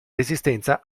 resistenza